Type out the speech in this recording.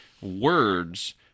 words